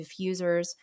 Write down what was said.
diffusers